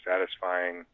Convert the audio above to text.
satisfying